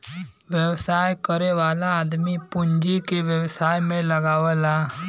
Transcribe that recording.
व्यवसाय करे वाला आदमी पूँजी के व्यवसाय में लगावला